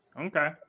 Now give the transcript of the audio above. Okay